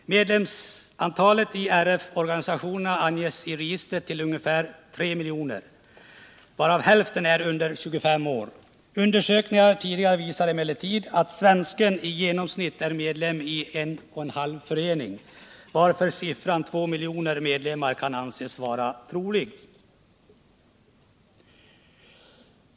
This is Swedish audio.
Medlemsantalet i RF organisationerna anges i förbundets register till ungefär 3 miljoner, varav hälften är under 25 år. Tidigare undersökningar visar emellertid att svensken i genomsnitt är medlem i en och en halv förening, varför antalet 2 miljoner medlemmar kan anses vara troligt.